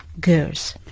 girls